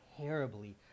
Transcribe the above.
terribly